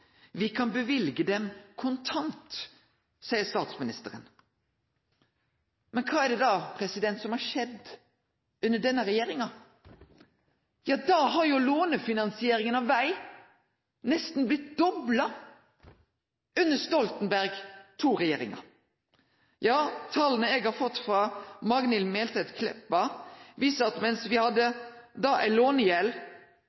vi kan bevilge til dem kontant», seier statsministeren. Men kva er det som har skjedd under denne regjeringa? Jo, lånefinansieringa av veg har nesten blitt dobla under Stoltenberg II-regjeringa. Tala eg har fått frå Magnhild Meltveit Kleppa, viser at mens